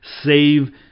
save